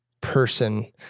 person